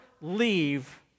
leave